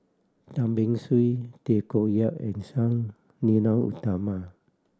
Tan Beng Swee Tay Koh Yat and Sang Nila Utama